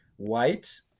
White